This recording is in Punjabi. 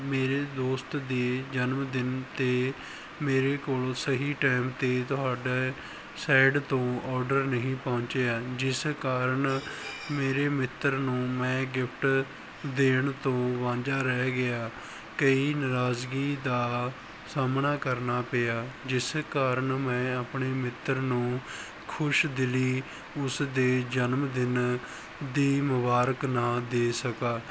ਮੇਰੇ ਦੋਸਤ ਦੇ ਜਨਮ ਦਿਨ 'ਤੇ ਮੇਰੇ ਕੋਲੋਂ ਸਹੀ ਟੈਮ 'ਤੇ ਤੁਹਾਡਾ ਸੈਡ ਤੋਂ ਆਰਡਰ ਨਹੀਂ ਪਹੁੰਚਿਆ ਜਿਸ ਕਾਰਨ ਮੇਰੇ ਮਿੱਤਰ ਨੂੰ ਮੈਂ ਗਿਫਟ ਦੇਣ ਤੋਂ ਵਾਂਝਾ ਰਹਿ ਗਿਆ ਕਈ ਨਰਾਜ਼ਗੀ ਦਾ ਸਾਹਮਣਾ ਕਰਨਾ ਪਿਆ ਜਿਸ ਕਾਰਨ ਮੈਂ ਆਪਣੇ ਮਿੱਤਰ ਨੂੰ ਖੁਸ਼ ਦਿਲੀ ਉਸ ਦੇ ਜਨਮਦਿਨ ਦੀ ਮੁਬਾਰਕ ਨਾ ਦੇ ਸਕਾ